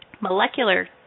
Molecular